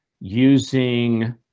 using